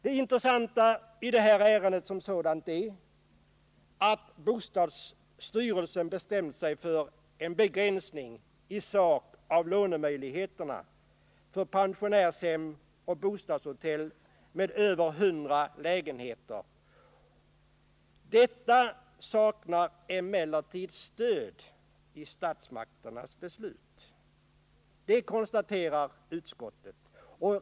Det intressanta i det här ärendet är att bostadsstyrelsen bestämt sig för en begränsning i sak av lånemöjligheterna för bostadshotell med över 100 lägenheter. Detta saknar emellertid stöd i något statsmakternas beslut: det konstaterar utskottet.